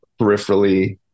peripherally